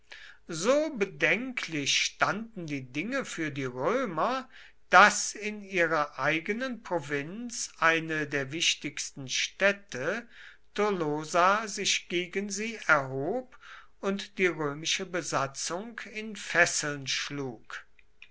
so bedenklich standen die dinge für die römer daß in ihrer eigenen provinz eine der wichtigsten städte tolosa sich gegen sie erhob und die römische besatzung in fesseln schlug